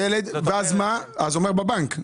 אז זה אומר בבנק.